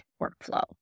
workflow